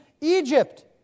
Egypt